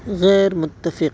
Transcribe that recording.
غیرمتفق